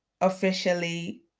officially